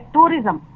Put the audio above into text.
Tourism